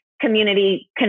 community